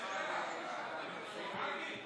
ציבור), התשפ"א 2020,